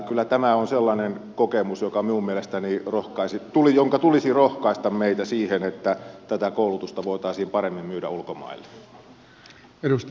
kyllä tämä on sellainen kokemus jonka minun mielestäni tulisi rohkaista meitä siihen että tätä koulutusta voitaisiin paremmin myydä ulkomaille